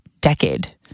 decade